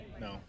No